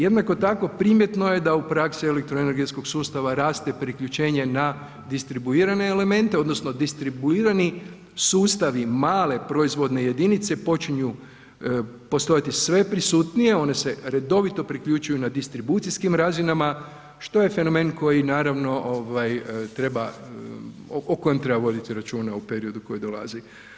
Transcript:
Jednako tako primjetno je da u praksi elektroenergetskog sustava raste priključenje na distribuirane elemente odnosno distribuirani sustavi male proizvodne jedinice počinju postojati sve prisutnije, one se redovito priključuju na distribucijskim razinama, što je fenomen koji naravno treba, o kojem treba voditi računa u periodu koji dolazi.